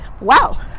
wow